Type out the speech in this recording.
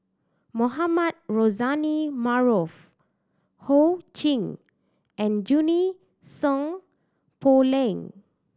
Mohamed Rozani Maarof Ho Ching and Junie Sng Poh Leng